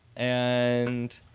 and.